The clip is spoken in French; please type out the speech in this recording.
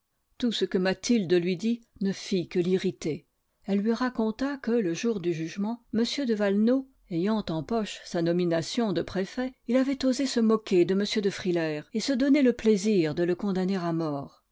tout ce que mathilde lui dit ne fit que l'irriter elle lui raconta que le jour du jugement m de valenod ayant en poche sa nomination de préfet il avait osé se moquer de m de frilair et se donner le plaisir de le condamner à mort